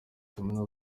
kaminuza